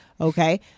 Okay